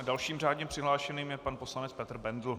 Dalším řádně přihlášeným je pan poslanec Petr Bendl.